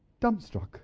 dumbstruck